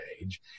age